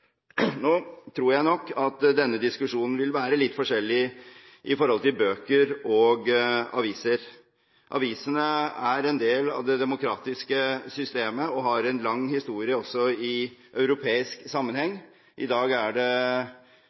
nok at denne diskusjonen vil være litt forskjellig for henholdsvis bøker og aviser. Avisene er en del av det demokratiske systemet og har en lang historie, også i europeisk sammenheng. I dag er det